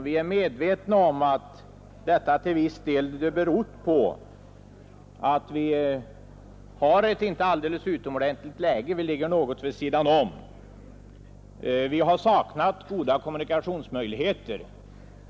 Vi är medvetna om att detta till viss del berott på att vi inte haft det allra bästa läge — vi ligger något vid sidan om — och vi har saknat goda kommunikationsmöjligheter.